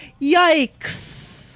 Yikes